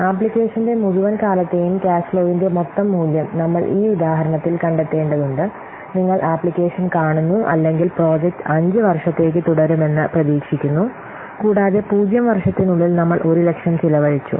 ആപ്ലിക്കേഷന്റെ മുഴുവൻ കാലത്തേയും ക്യാഷ് ഫ്ലോവിന്റെ മൊത്തം മൂല്യം നമ്മൾ ഈ ഉദാഹരണത്തിൽ കണ്ടെത്തേണ്ടതുണ്ട് നിങ്ങൾ ആപ്ലിക്കേഷൻ കാണുന്നു അല്ലെങ്കിൽ പ്രോജക്റ്റ് 5 വർഷത്തേക്ക് തുടരുമെന്ന് പ്രതീക്ഷിക്കുന്നു കൂടാതെ 0 വർഷത്തിനുള്ളിൽ നമ്മൾ 100000 ചെലവഴിച്ചു